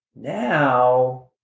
Now